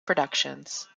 productions